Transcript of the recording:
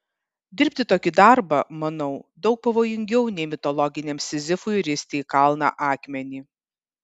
dirbti tokį darbą manau daug pavojingiau nei mitologiniam sizifui risti į kalną akmenį